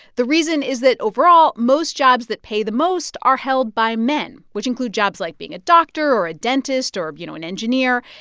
the reason is that, overall, most jobs that pay the most are held by men, which include jobs like being a doctor or a dentist or, you know, an engineer.